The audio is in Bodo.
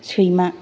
सैमा